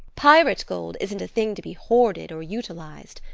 pirate gold isn't a thing to be hoarded or utilized.